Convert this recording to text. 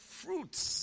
fruits